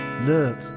Look